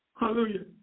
hallelujah